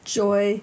joy